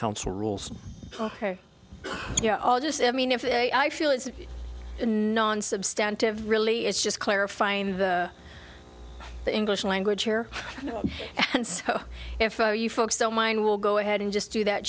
council rules are all just i mean if i feel it's non substantive really it's just clarifying the the english language here and so if you folks so mind will go ahead and just do that